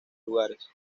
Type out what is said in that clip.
lugares